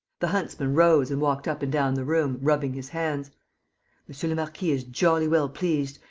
the huntsman rose and walked up and down the room, rubbing his hands monsieur le marquis is jolly well pleased,